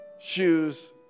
shoes